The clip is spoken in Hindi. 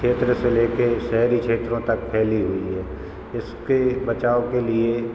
क्षेत्र से ले के शहरी क्षेत्रों तक फैली हैं इसके बचाव के लिए